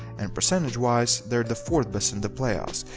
and percentage wise they're the fourth best in the playoffs,